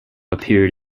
appeared